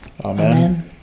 Amen